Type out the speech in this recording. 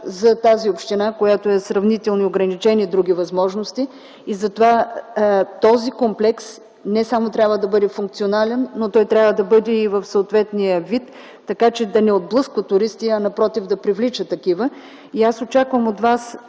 за тази община, която е сравнително с ограничени други възможности. Затова този комплекс не само трябва да бъде функционален, но той трябва да бъде и в съответния вид, така че да не отблъсква туристи, а напротив да привлича такива. Аз очаквам от Вас